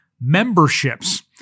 memberships